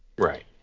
Right